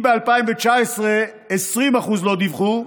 אם ב-2019 20% לא דיווחו,